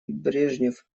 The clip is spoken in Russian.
брежнев